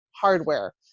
hardware